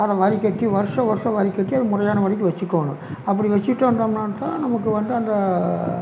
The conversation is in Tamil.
அதை வரி கட்டி வருஷ வருஷம் வரி கட்டி அது முறையான வழிக்கு வச்சுக்கோணும் அப்படி வச்சுகிட்டு வந்தோம்னாக்கா நமக்கு வந்து அந்த